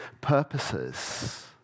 purposes